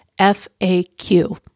FAQ